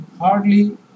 hardly